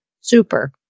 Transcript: super